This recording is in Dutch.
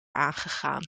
aangegaan